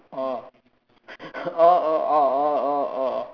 oh orh orh orh orh orh orh orh